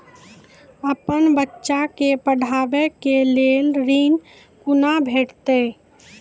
अपन बच्चा के पढाबै के लेल ऋण कुना भेंटते?